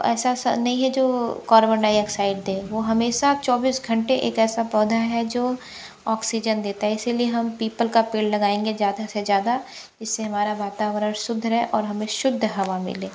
ऐसा ऐसा नहीं है जो कार्बन डाइऑक्साइड दें वो हमेशा चौबीस घंटे एक ऐसा पौधा है जो ऑक्सीजन देता है इसलिए हम पीपल का पेड़ लगाएंगे ज़्यादा से ज़्यादा जिससे हमारा वातावरण शुद्ध रहे और हमें शुद्ध हवा मिले